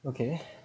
okay